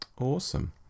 awesome